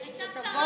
היא הייתה שרה.